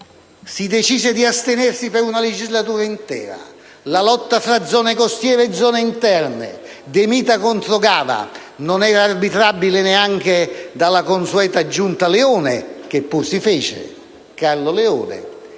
si decise di astenersi per una legislatura intera. La lotta fra zone costiere e zone interne, De Mita contro Gava, non era arbitrabile neanche dalla consueta giunta Leone (Carlo Leone),